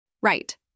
right